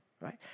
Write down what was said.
right